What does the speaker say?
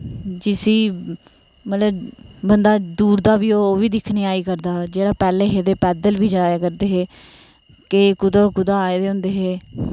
जिस्सी मतलव बंदा दूर दा ओह् बी आए करदा जेह्डा पैह्ले हे ते पैद्दल बी जाए करदे हे केई कुदा कुदा आए दे होंदे हे